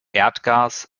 erdgas